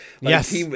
Yes